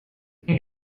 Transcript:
thing